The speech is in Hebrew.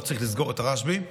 לא צריך לסגור את הרשב"י,